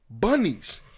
bunnies